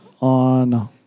on